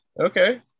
okay